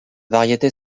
variété